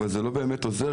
אבל זה לא באמת עוזר,